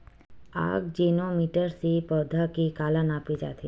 आकजेनो मीटर से पौधा के काला नापे जाथे?